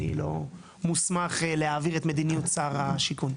אני לא מוסמך להעביר את מדיניות שר השיכון.